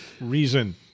reason